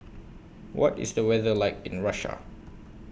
What IS The weather like in Russia